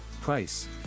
price